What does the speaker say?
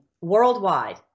worldwide